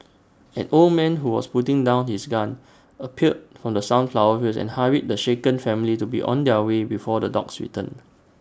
an old man who was putting down his gun appeared from the sunflower fields and hurried the shaken family to be on their way before the dogs return